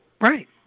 Right